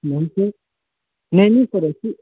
नहीं स नहीं नहीं सर ऐसी